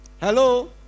Hello